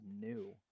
new